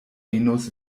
venos